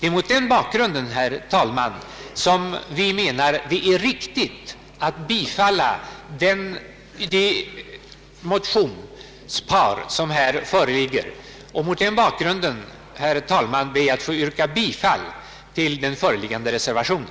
Det är mot denna bakgrund, herr talman, som vi anser det riktigt att bifalla det motionspar som har väckts, och jag ber därför att få yrka bifall till den föreliggande reservationen.